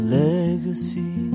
legacy